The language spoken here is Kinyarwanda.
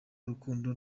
urukundo